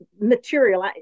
material